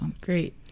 great